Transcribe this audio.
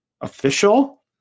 official